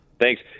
thanks